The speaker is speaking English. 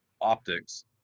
optics